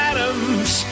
Adams